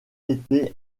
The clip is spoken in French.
été